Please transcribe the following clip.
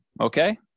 Okay